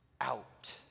out